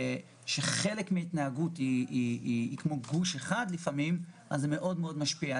בגלל שחלק מההתנהגות של המגזר היא כמו גוש אחד אז זה מאוד משפיע.